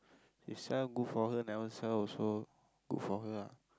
if sell good for her never sell also good for her ah